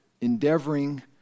endeavoring